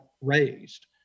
raised